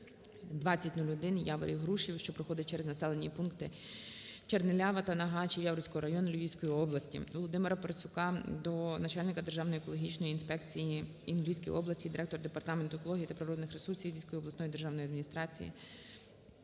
0142001 Яворів - Грушів, що проходить через населені пункти Чернилява та Нагачів Яворівського району Львівської області. ВолодимираПарасюка до начальника Державної екологічної інспекції у Львівській області, директора Департаменту екології та природних ресурсів Львівської обласної державної адміністрації,